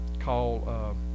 call